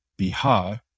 Bihar